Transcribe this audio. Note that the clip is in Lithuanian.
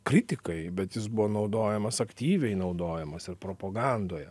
kritikai bet jis buvo naudojamas aktyviai naudojamas ir propagandoje